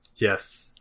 yes